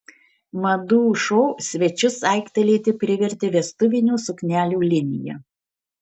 madų šou svečius aiktelėti privertė vestuvinių suknelių linija